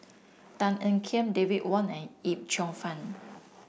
Tan Ean Kiam David Wong and Yip Cheong Fun